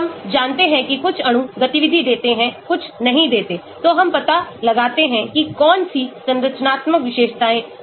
हम जानते हैं कि कुछ अणु गतिविधि देते हैं कुछ नहींदेतेतो हम पता लगाते हैं कि कौन सी संरचनात्मक विशेषताएं हैं जो देती हैं